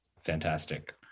fantastic